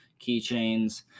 keychains